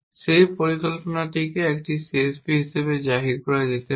সেই পরিকল্পনাটিকে একটি CSP হিসাবে জাহির করা যেতে পারে